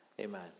Amen